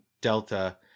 Delta